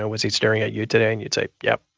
ah was he staring at you today? and you'd say, yep.